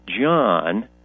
John